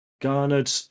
garnered